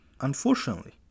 Unfortunately